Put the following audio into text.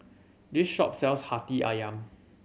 this shop sells Hati Ayam